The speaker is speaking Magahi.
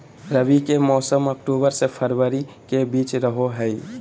रबी के मौसम अक्टूबर से फरवरी के बीच रहो हइ